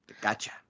gotcha